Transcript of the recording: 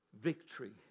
victory